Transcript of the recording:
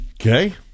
Okay